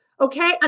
Okay